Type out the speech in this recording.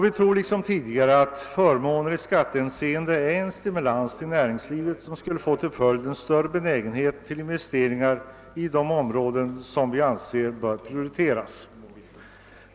Vi tror liksom tidigare att förmåner i skattehänseende är en stimulans till näringslivet som skulle få till följd en större benägenhet till investeringar i de områden som vi anser bör prioriteras.